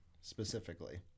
Specifically